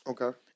Okay